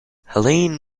helene